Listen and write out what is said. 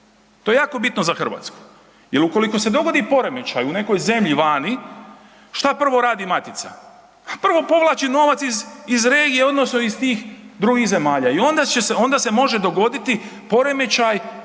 To je jako bitno za Hrvatsku jel ukoliko se dogodi poremećaj u nekoj zemlji vani, šta prvo radi matica? Prvo povlači novac iz regije odnosno iz tih drugih zemalja i onda se može dogoditi poremećaj